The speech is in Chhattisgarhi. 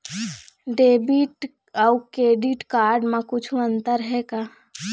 डेबिट अऊ क्रेडिट कारड म कुछू अंतर हे का?